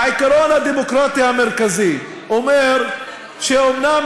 העיקרון הדמוקרטי המרכזי אומר שאומנם